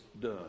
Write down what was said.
done